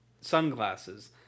sunglasses